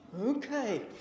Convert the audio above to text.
Okay